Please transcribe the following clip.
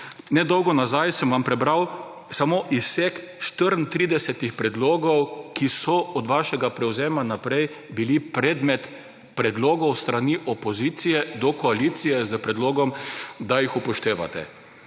Nedolgo nazaj sem vam prebral samo izsek 34 predlogov, ki so od vašega prevzema naprej bili predmet predlogov s strani opozicije do koalicije s predlogom, da jih upoštevate.